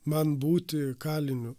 man būti kaliniu